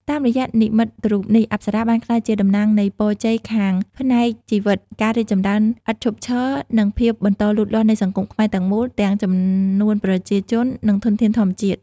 តាមរយៈនិមិត្តរូបនេះ អប្សរាបានក្លាយជាតំណាងនៃពរជ័យខាងផ្នែកជីវិត ការរីកចម្រើនឥតឈប់ឈរ និងភាពបន្តលូតលាស់នៃសង្គមខ្មែរទាំងមូល ទាំងចំនួនប្រជាជន និងធនធានធម្មជាតិ។